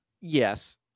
Yes